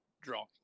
draw